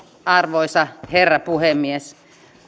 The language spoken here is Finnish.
arvoisa herra puhemies